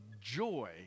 joy